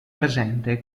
presente